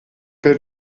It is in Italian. per